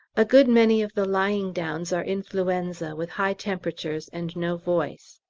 a good many of the lying-downs are influenza, with high temperatures and no voice.